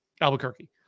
Albuquerque